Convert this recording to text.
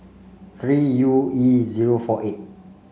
three U E zero four eight